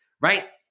right